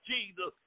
Jesus